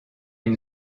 une